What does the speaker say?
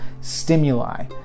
stimuli